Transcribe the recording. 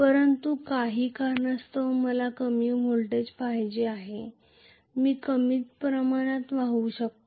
परंतु काही कारणास्तव मला कमी व्होल्टेज पाहिजे आहे मी कमी प्रमाणात वाहू शकतो